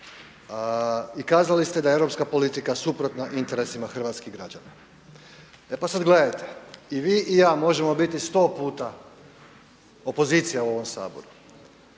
i kazali ste da je europska politika suprotna interesima hrvatskih građana. E pa sada gledajte, i vi i ja možemo biti sto puta opozicija u ovom Saboru,